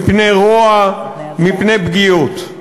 מפני רוע, מפני פגיעות.